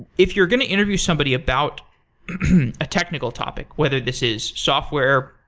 if you're going to interview somebody about a technical topic, whether this is software,